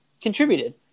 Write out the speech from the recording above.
Contributed